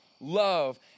love